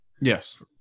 Yes